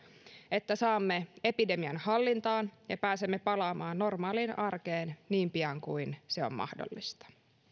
että saamme epidemian hallintaan ja pääsemme palaamaan normaaliin arkeen niin pian kuin se on mahdollista